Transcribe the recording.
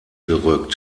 gerückt